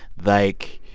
like,